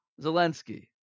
Zelensky